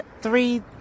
three